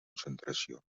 concentració